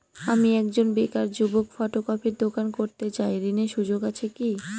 আমি একজন বেকার যুবক ফটোকপির দোকান করতে চাই ঋণের সুযোগ আছে কি?